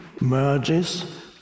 merges